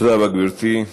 תודה רבה, גברתי.